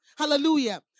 Hallelujah